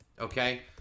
okay